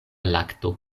lakto